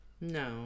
no